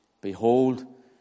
Behold